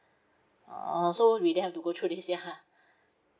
uh so we didn't have to go through this yeah